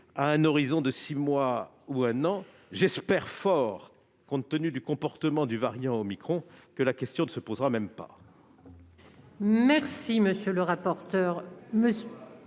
à un horizon de six mois ou un an. J'espère vivement, compte tenu du comportement du variant omicron, que la question ne se posera pas.